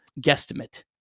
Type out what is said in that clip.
guesstimate